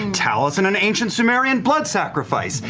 and taliesin and ancient sumerian blood sacrifice.